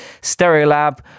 Stereolab